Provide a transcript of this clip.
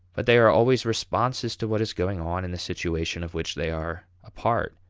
but they are always responses to what is going on in the situation of which they are a part,